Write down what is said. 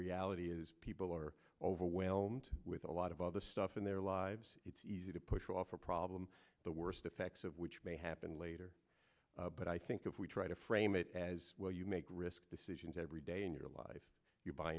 reality is people are overwhelmed with a lot of other stuff in their lives it's easy to push off a problem the worst effects of which may happen later but i think if we try to frame it as well you make risk decisions every day in your life you buy